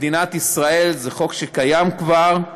במדינת ישראל, זה חוק שקיים כבר,